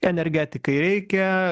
energetikai reikia